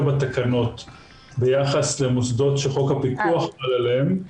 בתקנות ביחס למוסדות שחוק הפיקוח חל עליהם.